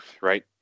right